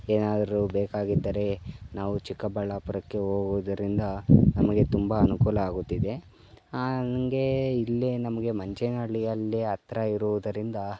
ಏನಾದರು ಬೇಕಾಗಿದ್ದರೆ ನಾವು ಚಿಕ್ಕಬಳ್ಳಾಪುರಕ್ಕೆ ಹೋಗುದರಿಂದ ನಮಗೆ ತುಂಬ ಅನುಕೂಲ ಆಗುತ್ತಿದೆ ಹಂಗೆ ಇಲ್ಲಿ ನಮಗೆ ಮಂಚೇನ ಹಳ್ಳಿಯಲ್ಲಿ ಹತ್ರ ಇರುವುದರಿಂದ